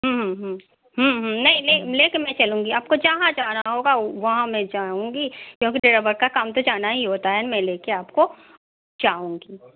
नहीं नहीं लेकर मैं चलूँगी आपको जहाँ जाना होगा वहाँ मैं जाऊँगी क्योंकि ड्राइवर का काम तो जाना ही होता है मैं लेकर आपको जाऊँगी